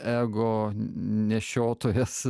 ego nešiotojas